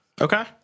Okay